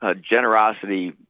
Generosity